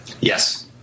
Yes